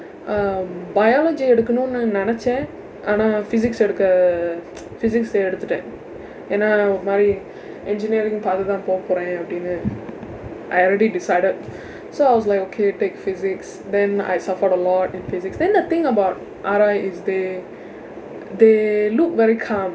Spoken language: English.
um biology எடுக்கணும்னு நினைச்சேன் ஆனா:edukkanumnu ninaichseen aanaa physics எடுக்க:edukka uh physics-ae எடுத்திட்டேன் ஏனா ஒரு மாறி:eduthitdeen eenaa oru maari engineering பாதை தான் போ போறேன் அப்படின்னு:paathai thaan po pooreen aapadinnu I already decided so I was like okay take physics then I suffered a lot in physics then the thing about R_I is they they look very calm